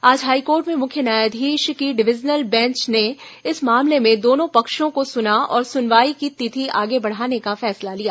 आज हाईकोर्ट में मुख्य न्यायाधीश की डिवीजन बेंच ने इस मामले में दोनों पक्षों को सुना और सुनवाई की तिथि आगे बढ़ाने का फैसला लिया